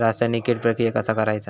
रासायनिक कीड प्रक्रिया कसा करायचा?